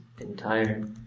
entire